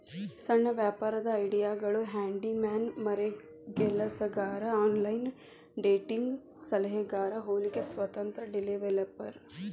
ಸಣ್ಣ ವ್ಯಾಪಾರದ್ ಐಡಿಯಾಗಳು ಹ್ಯಾಂಡಿ ಮ್ಯಾನ್ ಮರಗೆಲಸಗಾರ ಆನ್ಲೈನ್ ಡೇಟಿಂಗ್ ಸಲಹೆಗಾರ ಹೊಲಿಗೆ ಸ್ವತಂತ್ರ ಡೆವೆಲಪರ್